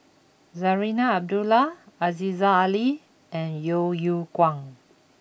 Zarinah Abdullah Aziza Ali and Yeo Yeow Kwang